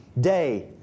day